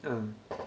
ah